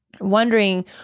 Wondering